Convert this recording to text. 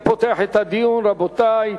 אני פותח את הדיון, רבותי.